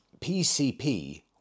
PCP